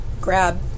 grab